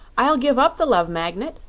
i'll give up the love magnet,